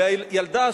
וילדה,